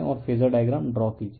और phasor diagram draw कीजिए